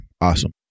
awesome